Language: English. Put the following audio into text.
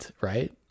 right